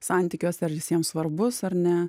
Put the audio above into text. santykiuose ar jis jiem svarbus ar ne